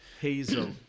Hazel